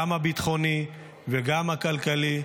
גם הביטחוני וגם הכלכלי,